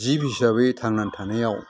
जिब हिसाबै थांनानै थानायाव